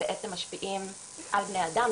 שבעצם משפיעים על בני האדם.